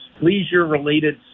leisure-related